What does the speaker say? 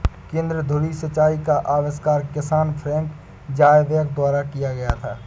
केंद्र धुरी सिंचाई का आविष्कार किसान फ्रैंक ज़ायबैक द्वारा किया गया था